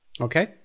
Okay